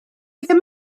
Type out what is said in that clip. ddim